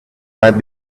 might